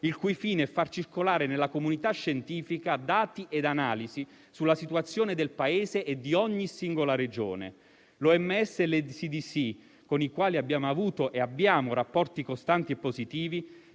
il cui fine è far circolare nella comunità scientifica dati e analisi sulla situazione del Paese e di ogni singola Regione. L'OMS e l'ECDC, con i quali abbiamo avuto e abbiamo rapporti costanti e positivi,